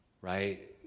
right